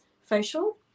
facial